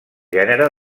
gènere